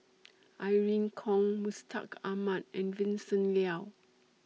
Irene Khong Mustaq Ahmad and Vincent Leow